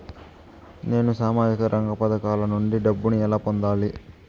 నేను సామాజిక రంగ పథకాల నుండి డబ్బుని ఎలా పొందాలి?